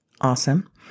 awesome